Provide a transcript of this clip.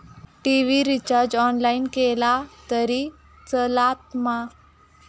TV recharge online केला तरी चलात मा?